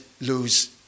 lose